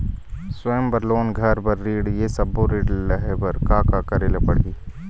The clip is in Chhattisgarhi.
स्वयं बर लोन, घर बर ऋण, ये सब्बो ऋण लहे बर का का करे ले पड़ही?